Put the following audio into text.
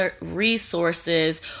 resources